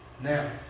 Now